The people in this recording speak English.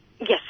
Yes